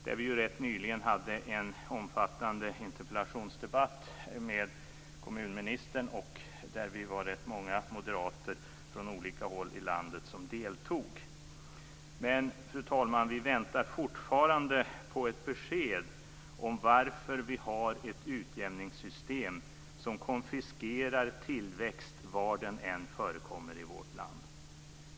Där hade vi rätt nyligen en omfattande interpellationsdebatt med kommunministern. Vi var ganska många moderater från olika håll i landet som deltog. Men, fru talman, vi väntar fortfarande på ett besked om varför vi har ett utjämningssystem som konfiskerar tillväxt var den än förekommer i vårt land.